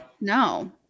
no